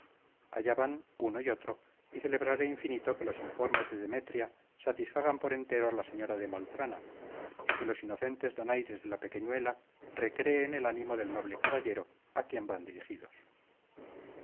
allá van uno y otro y celebraré infinito que los informes de demetria satisfagan por entero a la señora de maltrana y que los inocentes donaires de la pequeñuela recreen el ánimo del noble caballero a quien van dirigidos